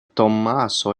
tommaso